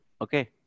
Okay